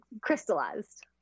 crystallized